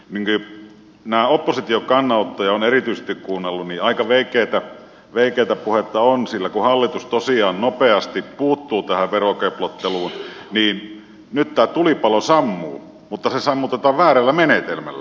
kun näitä opposition kannanottoja olen erityisesti kuunnellut niin aika veikeätä puhetta on sillä kun hallitus tosiaan nopeasti puuttuu tähän verokeplotteluun niin nyt tämä tulipalo sammuu mutta se sammutetaan väärällä menetelmällä